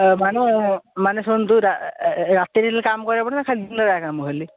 ମାନେ ମାନେ ଶୁଣନ୍ତୁ ରାତି ହେଲେ କାମ କରିବାକୁ ପଡ଼ିବ ନା ଖାଲି ଦିନ ରେ କାମ ଖାଲି